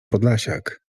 podlasiak